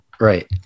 Right